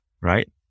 right